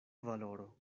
valoro